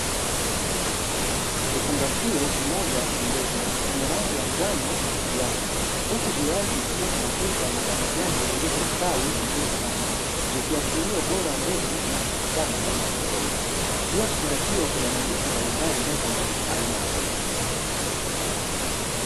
Kifungashio kimoja cha mbegu chenye rangi ya njano na kijani, huku juu yake kikiwa kina picha ya mboga ya majani ikiashiria ubora wa mbegu zinazopatina ndani ya juu ya kifungashio kuna maandishi mbalimbali yanayotambulisha aina ya mbegu.